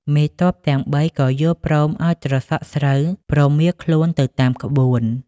មេទ័ពទាំងបី ក៏យល់ព្រមឱ្យត្រសក់ស្រូវប្រមៀលខ្លួនទៅតាមក្បួន ។